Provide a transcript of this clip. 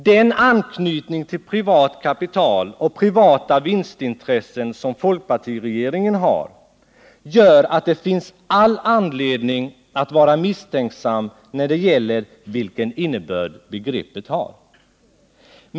Den anknytning till privat kapital och privata vinstintressen som folkpartiregeringen har, gör att det finns all anledning att vara misstänksam när det gäller vilken innebörd begreppet har.